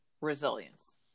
resilience